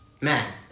man